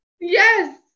Yes